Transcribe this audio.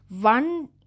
one